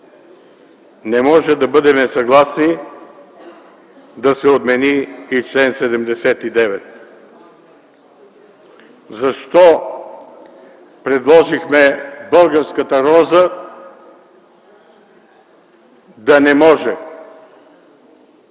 Не може да бъдем съгласни да се отмени и чл. 79. Защо предложихме българската роза да не може